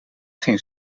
geen